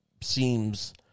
seems